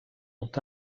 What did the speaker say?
ont